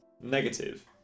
negative